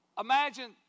Imagine